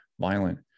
violent